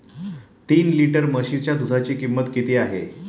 तीन लिटर म्हशीच्या दुधाची किंमत किती आहे?